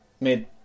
mid